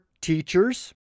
teachers